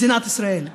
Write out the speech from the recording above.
מדינת ישראל?